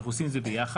אנחנו עושים את זה ביחד.